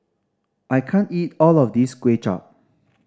I can't eat all of this Kuay Chap